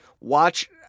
Watch